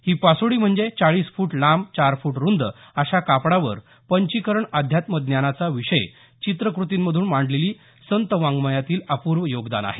ही पासोडी म्हणजे चाळीस फूट लांब चार फूट रुंद अशा कापडावर पंचीकरण अध्यात्मज्ञानाचा विषय चित्राकृतींतून मांडलेली संतवाङमयातील अपूर्व योगदान आहे